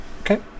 Okay